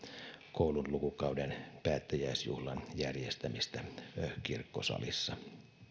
koulun lukukauden päättäjäisjuhlan järjestämistä kirkkosalissa